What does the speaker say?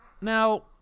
Now